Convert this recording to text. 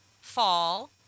Fall